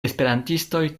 esperantistoj